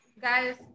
guys